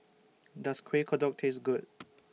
Does Kueh Kodok Taste Good